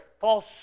false